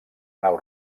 nau